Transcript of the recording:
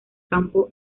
campo